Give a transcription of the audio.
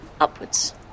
upwards